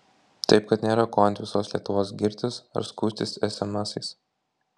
taip kad nėra ko ant visos lietuvos girtis ar skųstis esemesais